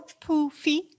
Poofy